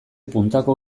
puntako